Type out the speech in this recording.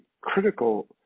critical